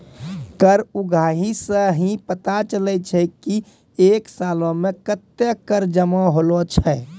कर उगाही सं ही पता चलै छै की एक सालो मे कत्ते कर जमा होलो छै